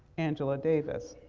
angela davis.